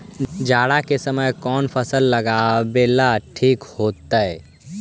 जाड़ा के समय कौन फसल लगावेला ठिक होतइ?